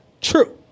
true